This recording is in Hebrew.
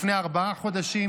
לפני ארבעה חודשים,